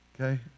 Okay